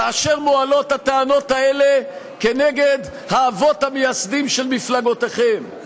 כאשר מועלות הטענות האלה כנגד האבות המייסדים של מפלגותיכם,